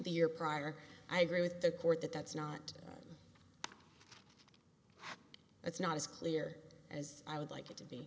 the year prior i agree with the court that that's not it's not as clear as i would like it to be